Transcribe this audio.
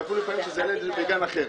ואפילו לפעמים שזה היה בגן אחר.